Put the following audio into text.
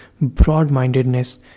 broad-mindedness